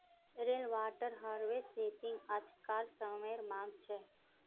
rain water harvesting आज्कार समयेर मांग छे